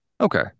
okay